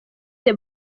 the